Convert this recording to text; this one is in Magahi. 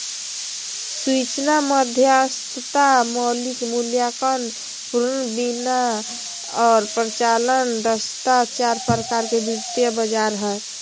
सूचना मध्यस्थता, मौलिक मूल्यांकन, पूर्ण बीमा आर परिचालन दक्षता चार प्रकार के वित्तीय बाजार हय